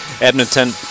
Edmonton